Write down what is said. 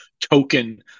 token